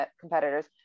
competitors